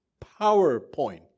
PowerPoint